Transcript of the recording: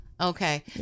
Okay